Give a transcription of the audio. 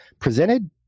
presented